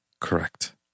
Correct